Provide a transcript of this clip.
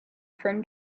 from